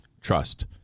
trust